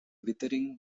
withering